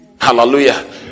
hallelujah